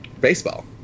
baseball